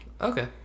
okay